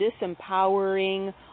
disempowering